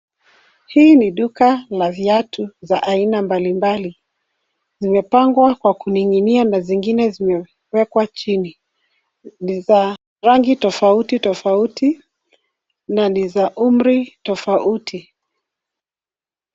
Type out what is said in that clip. Hii ni duka la viatu za aina mbalimbali. Vimepangwa kwa kuning'inia na zingine zimewekwa chini. Ni za rangi tofauti tofauti na ni za umri tofauti.